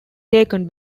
taken